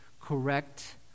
correct